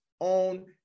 OWN